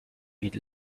eat